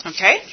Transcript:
Okay